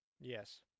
Yes